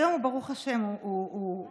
היום, ברוך השם, הוא הבריא,